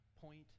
point